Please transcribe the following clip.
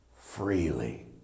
freely